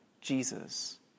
Jesus